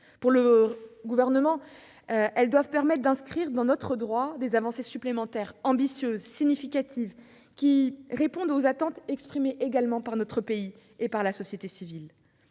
Pour le Gouvernement, elles doivent aussi permettre d'inscrire dans notre droit des avancées supplémentaires, ambitieuses et significatives, répondant aux attentes exprimées par la société civile.